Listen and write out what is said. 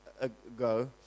ago